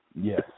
Yes